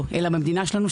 אלא במדינה שלנו,